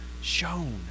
shown